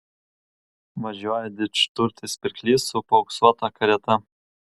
važiuoja didžturtis pirklys su paauksuota karieta